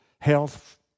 health